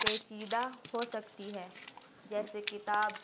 پیچیدہ ہو سکتی ہے جیسے کتاب